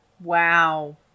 Wow